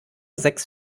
sechs